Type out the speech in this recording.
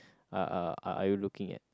uh are you looking at